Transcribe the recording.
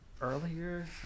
earlier